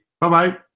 Bye-bye